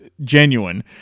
genuine